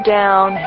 down